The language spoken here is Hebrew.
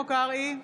שלמה קרעי,